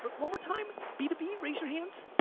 but one more time, b two b, raise your hands.